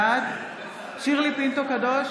בעד שירלי פינטו קדוש,